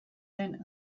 den